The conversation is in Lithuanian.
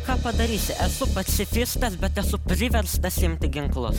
ką padarysi esu pacifistas bet esu priverstas imti ginklus